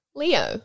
leo